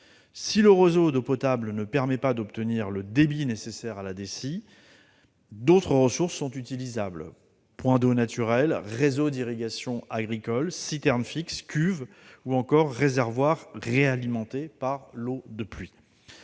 Si le réseau d'eau potable ne permet pas d'obtenir le débit nécessaire à la DECI, d'autres ressources sont utilisables : points d'eau naturels, réseaux d'irrigation agricole, citernes fixes, cuves ou encore réservoirs réalimentés par l'eau de pluie.